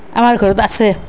আমাৰ ঘৰত আছে